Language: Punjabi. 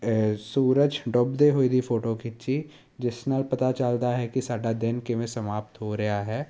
ਸੂਰਜ ਡੁੱਬਦੇ ਹੋਏ ਦੀ ਫੋਟੋ ਖਿੱਚੀ ਜਿਸ ਨਾਲ ਪਤਾ ਚੱਲਦਾ ਹੈ ਕਿ ਸਾਡਾ ਦਿਨ ਕਿਵੇਂ ਸਮਾਪਤ ਹੋ ਰਿਹਾ ਹੈ